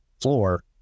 floor